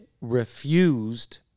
refused